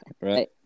right